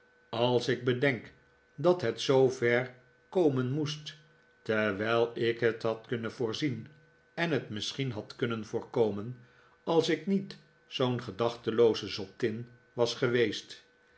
als ik bedenk dat het zoo ver komen moest terwijl ik het had kunnen voorzien en het misschien had kunnen voorkomen als ik niet zoo'n gedachtelooze zottin was geweest